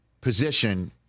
position